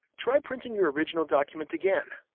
try printing your original document again.